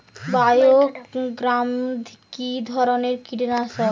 বায়োগ্রামা কিধরনের কীটনাশক?